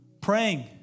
Praying